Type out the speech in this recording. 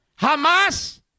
Hamas